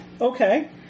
Okay